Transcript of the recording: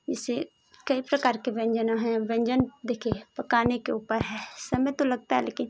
इससे कई प्रकार के व्यंजन हैं व्यंजन देखिए पकाने के ऊपर है समय तो लगता है लेकिन